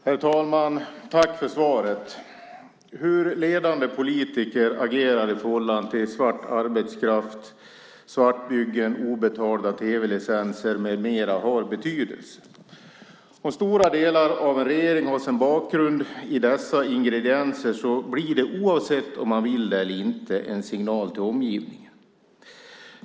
Herr talman! Tack för svaret. Det har betydelse hur ledande politiker agerar i förhållande till svart arbetskraft, svartbyggen, obetalda tv-licenser med mera. Om stora delar av en regering har sin bakgrund i dessa ingredienser blir det, oavsett om man vill det eller inte, en signal till omgivningen.